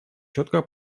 четко